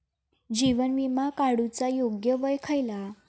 जीवन विमा काडूचा योग्य वय खयला?